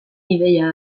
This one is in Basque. ideia